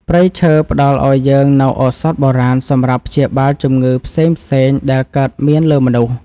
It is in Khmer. ព្រៃឈើផ្តល់ឱ្យយើងនូវឱសថបុរាណសម្រាប់ព្យាបាលជំងឺផ្សេងៗដែលកើតមានលើមនុស្ស។